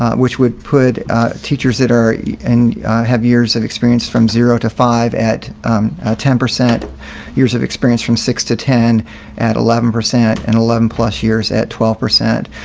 ah which would put teachers that are in have years of experience from zero to five at ten percent years of experience from six to ten at eleven percent and eleven plus years at twelve. this